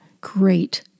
Great